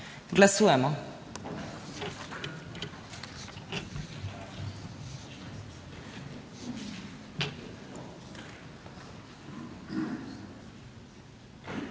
Glasujemo.